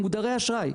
הם מודרי האשראי.